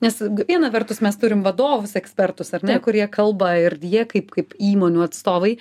nes viena vertus mes turim vadovus ekspertus ar ne kurie kalba ir jie kaip įmonių atstovai